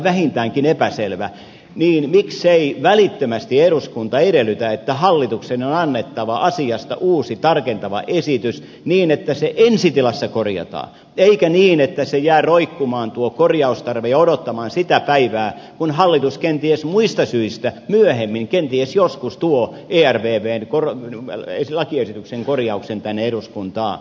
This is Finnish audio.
vähintäänkin epäselvä niin miksei välittömästi eduskunta edellytä että hallituksen on annettava asiasta uusi tarkentava esitys niin että se ensi tilassa korjataan eikä niin että tuo korjaustarve jää roikkumaan ja odottamaan sitä päivää kun hallitus kenties muista syistä myöhemmin kenties joskus tuo ervvn lakiesityksen korjauksen tänne eduskuntaan